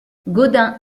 gaudin